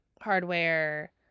hardware